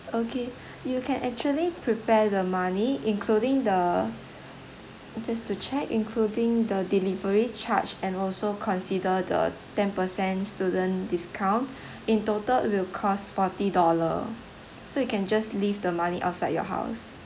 okay you can actually prepare the money including the just to check including the delivery charge and also consider the ten percent student discount in total will cost forty dollar so you can just leave the money outside your house